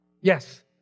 Yes